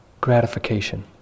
gratification